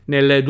Nel